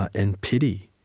and pity.